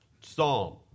psalm